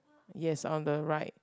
yes on the right